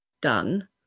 done